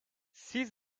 siz